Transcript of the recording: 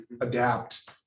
adapt